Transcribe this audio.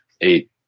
eight